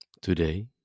Today